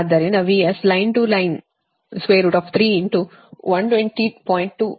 ಆದ್ದರಿಂದ VS line to line √3 120